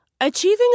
Achieving